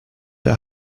der